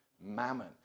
mammon